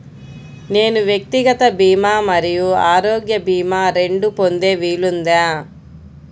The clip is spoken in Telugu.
నేను వ్యక్తిగత భీమా మరియు ఆరోగ్య భీమా రెండు పొందే వీలుందా?